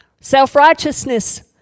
Self-righteousness